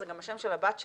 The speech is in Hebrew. זה גם השם של הבת שלי,